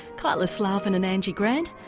kyla slaven and angie grant.